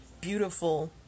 beautiful